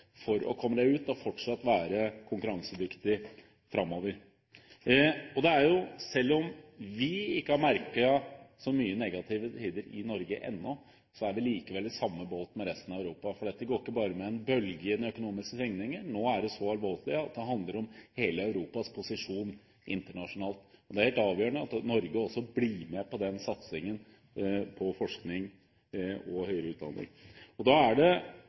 for å komme deg ut for fortsatt å være konkurransedyktig framover. Selv om vi ikke har merket så mye av de negative tider i Norge ennå, er vi likevel i samme båt som resten av Europa, for dette er ikke bare en bølge i den økonomiske svingningen. Nå er det så alvorlig at det handler om hele Europas posisjon internasjonalt. Det er helt avgjørende at Norge også blir med på den satsingen på forskning og høyere utdanning. Da er det